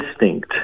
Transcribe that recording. instinct